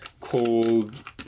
cold